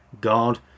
God